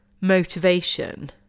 motivation